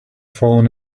fallen